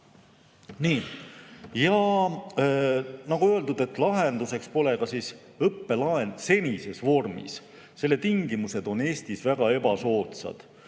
Nagu öeldud, et lahendus pole ka õppelaen senises vormis. Selle tingimused on Eestis väga ebasoodsad.